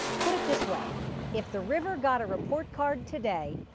put it this way if the river got a report card today.